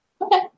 Okay